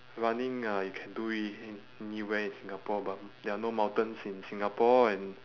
running I can do it an~ anywhere in singapore but there are no mountains in singapore and